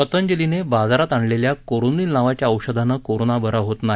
पतंजलीने बाजारात आणलेल्या कोरोनील नावाच्या औषधाने कोरोना बरा होत नाही